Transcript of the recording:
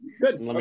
Good